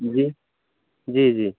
जी जी जी